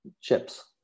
chips